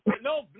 no